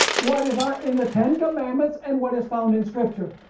what is ah in the ten commandments and what is found in scripture.